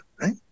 right